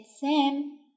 Sam